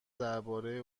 درباره